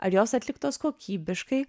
ar jos atliktos kokybiškai